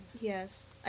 Yes